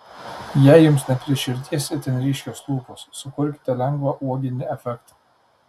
jei jums ne prie širdies itin ryškios lūpos sukurkite lengvą uoginį efektą